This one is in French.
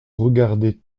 regardait